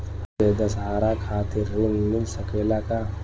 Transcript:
हमके दशहारा खातिर ऋण मिल सकेला का?